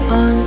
on